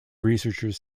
researchers